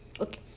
okay